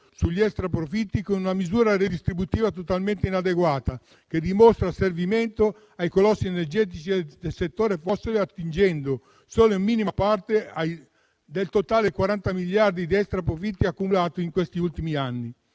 sugli extraprofitti con una misura redistributiva totalmente inadeguata, che dimostra asservimento ai colossi energetici del settore fossile, attingendo solo in minima parte al totale di 40 miliardi di extraprofitti accumulati negli ultimi anni.